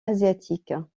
asiatiques